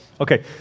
Okay